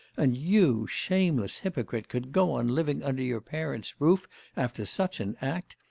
and you, shameless hypocrite, could go on living under your parents' roof after such an act!